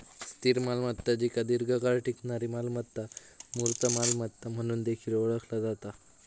स्थिर मालमत्ता जिका दीर्घकाळ टिकणारी मालमत्ता, मूर्त मालमत्ता म्हणून देखील ओळखला जाता